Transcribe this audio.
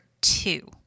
two